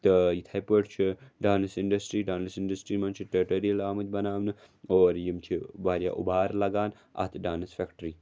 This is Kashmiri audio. تہٕ یِتھَے پٲٹھۍ چھُ ڈانٕس اِنڈَسٹِرٛی ڈانٕس اِنڈَسٹِرٛی منٛز ٹیوٗٹوریَل آمٕتۍ بَناونہٕ اور یِم چھِ واریاہ اُبھار لَگان اَتھ ڈانٕس فٮ۪کٹِرٛی